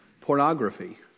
Pornography